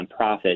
nonprofit